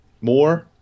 more